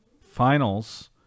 Finals